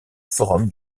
forum